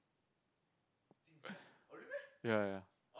ya ya